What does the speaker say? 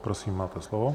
Prosím, máte slovo.